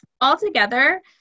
Altogether